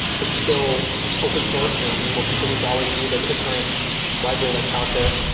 it's still open source and and we'll continue to always be the the current library that's out there.